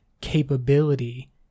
capability